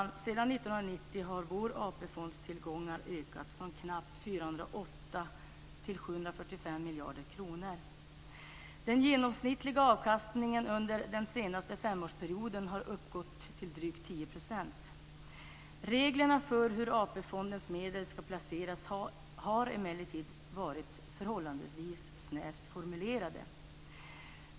Sedan 1990 har vår AP-fonds tillgångar ökat från knappt 408 till 745 miljarder kronor. Den genomsnittliga avkastningen under den senaste femårsperioden har uppgått till drygt 10 %. Reglerna för hur AP-fondens medel ska placeras har emellertid varit förhållandevis snävt formulerade.